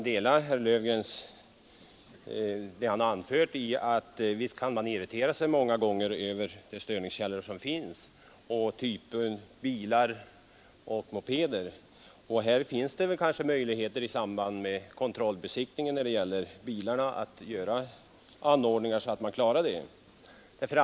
Herr talman! Jag kan instämma i vad herr Löfgren sade. Visst blir man många gånger irriterad över de störningskällor som finns av typen bilar och mopeder. Men där har vi kanske möjligheter när det gäller bilarna att komma till rätta med problemen i samband med den årliga kontrollbesiktningen. I det sammanhanget kan man möjligen vidta lämpliga anordningar mot de elektriska störningarna.